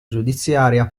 giudiziaria